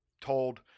told